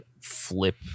flip